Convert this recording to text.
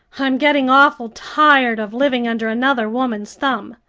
i'm getting awful tired of living under another woman's thumb.